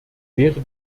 wäre